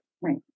Right